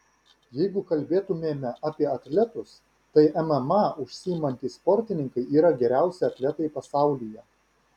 jeigu kalbėtumėme apie atletus tai mma užsiimantys sportininkai yra geriausi atletai pasaulyje